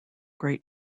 great